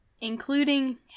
Including